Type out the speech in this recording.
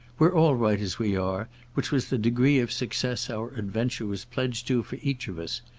we're all right as we are which was the degree of success our adventure was pledged to for each of us.